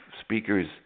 speakers